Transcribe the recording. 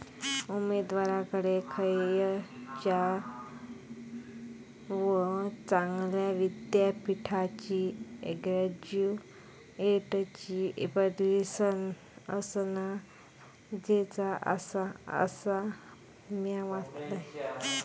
उमेदवाराकडे खयच्याव चांगल्या विद्यापीठाची ग्रॅज्युएटची पदवी असणा गरजेचा आसा, असा म्या वाचलंय